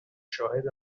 شاهد